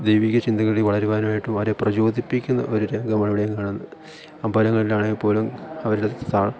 ദൈവിക ചിന്തകളിൽ വളരുവാനായിട്ടും വളരെ പ്രചോദിപ്പിക്കുന്ന ഒരു രംഗമാണ് അവിടെയും കാണുന്നത് അമ്പലങ്ങളിലാണെങ്കിൽ പോലും അവരുടെ